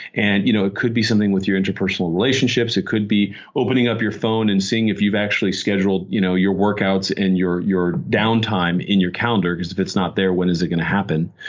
and you know it could be something with your interpersonal relationships, it could be opening up your phone and seeing if you've actually scheduled you know your workouts and your your down time in your calendar, because if it's not there when is it going to happen?